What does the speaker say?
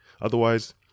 Otherwise